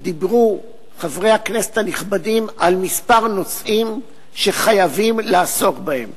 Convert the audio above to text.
דיברו חברי הכנסת הנכבדים על כמה נושאים שחייבים לעסוק בהם.